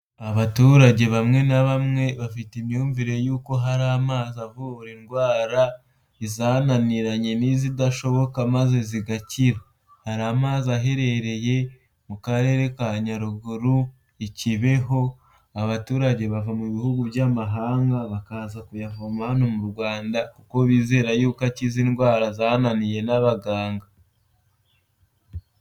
Abaturage bamwe na bamwe bafite imyumvire yuko hari amazi avura indwara, izananiranye n'izidashoboka maze zigakira. Hari amazi aherereye mu karere ka Nyaruguru i Kibeho, abaturage bava mu bihugu by'amahanga bakaza kuyavoma hano mu Rwanda kuko bizera yuko akiza indwara zananiye n'abaganga.